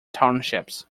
townships